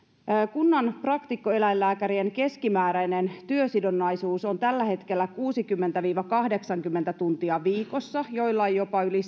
kunnan praktikkoeläinlääkärien keskimääräinen työsidonnaisuus on tällä hetkellä kuusikymmentä viiva kahdeksankymmentä tuntia viikossa joillain jopa yli